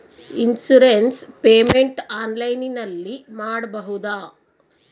Insurance payment ಆನ್ಲೈನಿನಲ್ಲಿ ಮಾಡಬಹುದಾ?